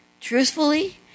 Truthfully